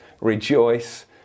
Rejoice